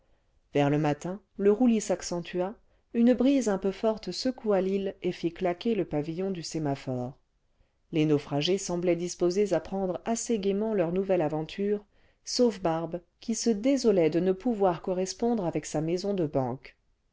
vers le matin le roulis s'accentua une brise un peu forte secoua l'île et'fit claquer le pavillon du sémaphore les naufragés semblaient disposés à prendre assez gaiement leur nouvelle aventure sauf barbe qui se désolait de ne pouvoir correspondre avec sa maison de banque